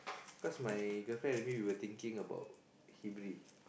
cause my girlfriend and me we were thinking about Hibri